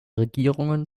regierungen